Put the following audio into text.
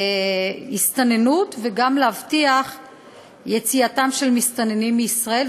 הסתננות וגם להבטיח יציאתם של מסתננים מישראל.